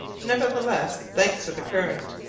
nevertheless, thanks to the current,